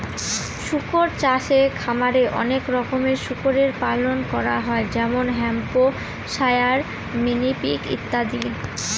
শুকর চাষে খামারে অনেক রকমের শুকরের পালন করা হয় যেমন হ্যাম্পশায়ার, মিনি পিগ ইত্যাদি